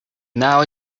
now